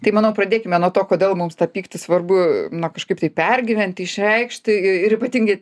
tai manau pradėkime nuo to kodėl mums tą pyktį svarbu na kažkaip tai pergyventi išreikšti ir ypatingai